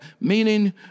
meaning